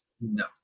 No